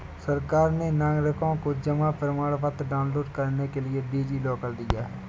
सरकार ने नागरिकों को जमा प्रमाण पत्र डाउनलोड करने के लिए डी.जी लॉकर दिया है